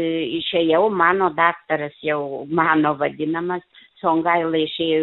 išėjau mano daktaras jau mano vadinamas songaila išėjo